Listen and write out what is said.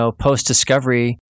post-discovery